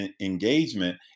engagement